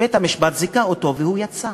בית-המשפט זיכה אותו והוא יצא,